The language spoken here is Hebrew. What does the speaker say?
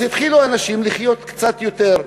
התחילו האנשים לחיות קצת יותר,